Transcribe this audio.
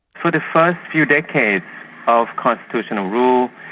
for the first few decades of constitutional rule,